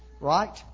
Right